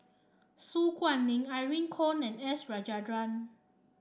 Su Guaning Irene Khong and S Rajendran